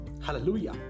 hallelujah